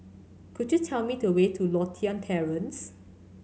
could you tell me the way to Lothian Terrace